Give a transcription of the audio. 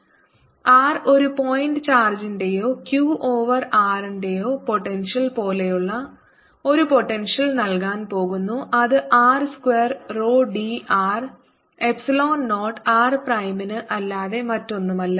R ഒരു point ചാർജിന്റെയോ Q over r യുടെയോപോട്ടെൻഷ്യൽ പോലെയുള്ള ഒരു പോട്ടെൻഷ്യൽ നൽകാൻ പോകുന്നു അത് r square rho d r epsilon 0 r പ്രൈമിന് അല്ലാതെ മറ്റൊന്നുമല്ല